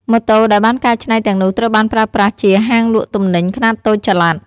ម៉ូតូដែលបានកែច្នៃទាំងនោះត្រូវបានប្រើប្រាស់ជាហាងលក់ទំនិញខ្នាតតូចចល័ត។